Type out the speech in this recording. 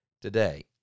today